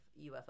UFO